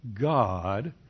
God